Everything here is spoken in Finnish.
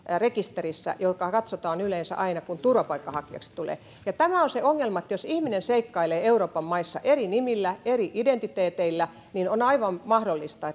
rekisterissä joka katsotaan yleensä aina kun turvapaikanhakijaksi tulee tämä on se ongelma jos ihminen seikkailee euroopan maissa eri nimillä eri identiteeteillä niin on aivan mahdollista